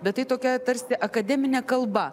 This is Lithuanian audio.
bet tai tokia tarsi akademinė kalba